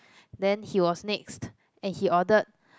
then he was next and he ordered